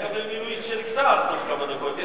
אולי גם יהיה מינוי של שר תוך כמה דקות.